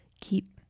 keep